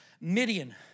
Midian